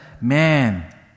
man